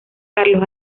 carlos